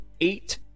eight